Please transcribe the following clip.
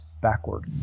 backward